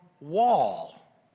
wall